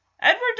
Edward